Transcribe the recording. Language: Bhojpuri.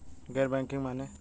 गैर बैंकिंग माने?